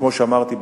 כמו שאמרתי,